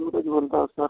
सूरज बोलत आहे सर